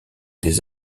des